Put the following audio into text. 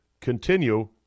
Continue